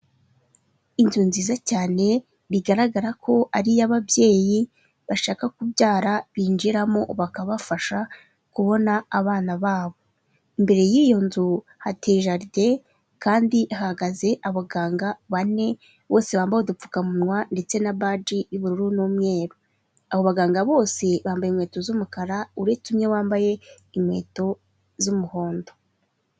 Inzu nziza cyane bigaragara ko ari iy'ababyeyi bashaka kubyara binjiramo bakabafasha kubona abana babo, imbere y'iyo nzu hateye jaride, kandi hahagaze abaganga bane bose bambaye udupfukamunwa ndetse na baji y'ubururu n'umweru, abo baganga bose bambaye inkweto z'umukara uretse umwe wambaye inkweto z'umuhondo.